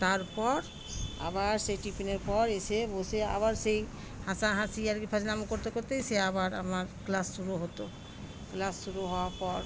তারপর আবার সেই বিকেলের পর এসে বসে আবার সেই হাসাহাসি আর কি ফাজলামি করতে করতেই সে আবার আমার ক্লাস শুরু হতো ক্লাস শুরু হওয়ার পর